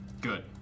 Good